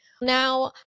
now